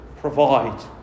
provide